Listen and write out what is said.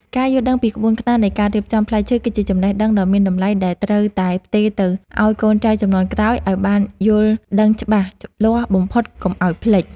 ការយល់ដឹងពីក្បួនខ្នាតនៃការរៀបចំផ្លែឈើគឺជាចំណេះដឹងដ៏មានតម្លៃដែលត្រូវតែផ្ទេរទៅឱ្យកូនចៅជំនាន់ក្រោយឱ្យបានយល់ដឹងច្បាស់លាស់បំផុតកុំឱ្យភ្លេច។